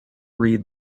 read